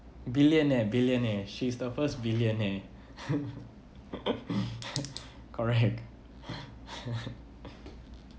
billionaire billionaire she's the first billionaire correct